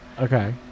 Okay